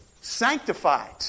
Sanctified